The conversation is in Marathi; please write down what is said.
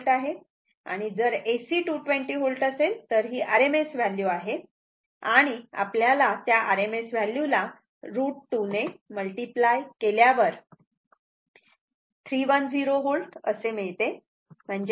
आणि जर AC 220 V असेल तर ही RMS व्हॅल्यू आहे आणि आपल्याला त्या RMS व्हॅल्यू ला √2 ने मल्टिप्लाय केल्यावर 310 V असे मिळते